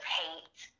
hate